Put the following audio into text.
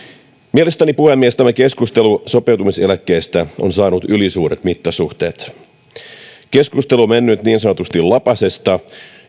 mielestäni puhemies tämä keskustelu sopeutumiseläkkeestä on saanut ylisuuret mittasuhteet keskustelu on lähtenyt niin sanotusti lapasesta